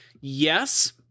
yes